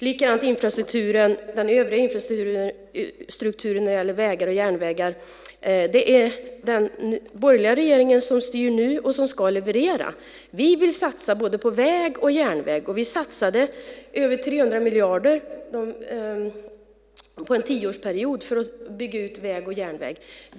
Likadant när det gäller den övriga infrastrukturen, vägar och järnvägar, är det den borgerliga regeringen som styr nu och som ska leverera. Vi vill satsa på både väg och järnväg. Vi satsade över 300 miljarder över en tioårsperiod för att bygga ut väg och järnväg.